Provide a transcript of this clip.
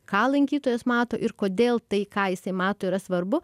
ką lankytojas mato ir kodėl tai ką jisai mato yra svarbu